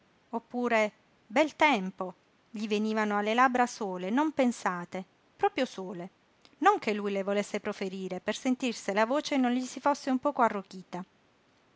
oppure bel tempo gli venivano alle labbra sole non pensate proprio sole non che lui le volesse proferire per sentir se la voce non gli si fosse un poco arrochita